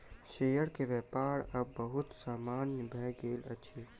share के व्यापार आब बहुत सामान्य भ गेल अछि